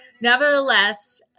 Nevertheless